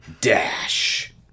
dash